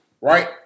right